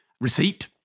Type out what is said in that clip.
receipt